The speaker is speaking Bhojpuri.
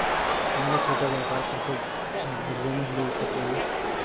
हमरा छोटा व्यापार खातिर ऋण मिल सके ला?